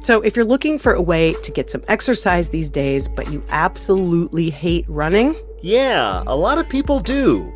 so if you're looking for a way to get some exercise these days but you absolutely hate running. yeah, a lot of people do